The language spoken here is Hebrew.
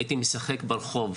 הייתי משחק ברחוב.